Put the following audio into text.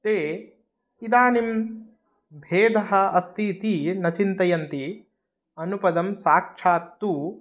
ते इदानीं भेदः अस्ति इति न चिन्तयन्ति अनुपदं साक्षात् तु